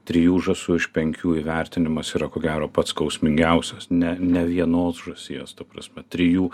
trijų žąsų iš penkių įvertinimas yra ko gero pats skausmingiausias ne ne vienos žąsies ta prasme trijų